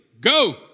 go